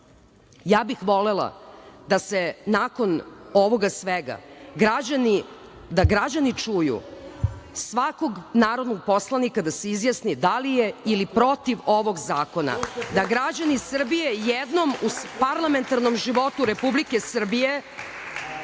Ja bih volela da, nakon ovoga svega, građani čuju svakog narodnog poslanika da se izjasni da li je ili protiv ovog zakona, da građani Srbije jednom parlamentarnom životu Republike Srbije